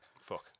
Fuck